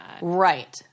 Right